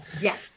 Yes